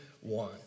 One